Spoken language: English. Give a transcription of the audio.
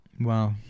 Wow